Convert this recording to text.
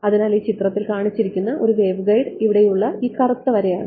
അതിനാൽ ഈ ചിത്രത്തിൽ കാണിച്ചിരിക്കുന്ന ഒരു വേവ്ഗൈഡ് ഇവിടെയുള്ള ഈ കറുത്ത വരയാണ്